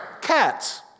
cats